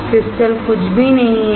crystal कुछ भी नहीं है